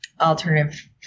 alternative